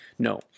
No